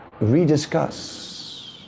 rediscuss